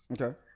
Okay